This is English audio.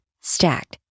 Stacked